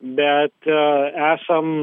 bet esam